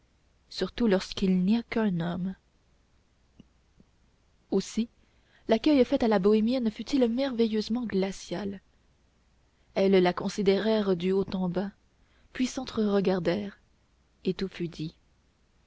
surtout lorsqu'il n'y a qu'un homme aussi l'accueil fait à la bohémienne fut-il merveilleusement glacial elles la considérèrent du haut en bas puis s'entre-regardèrent et tout fut dit